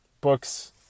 books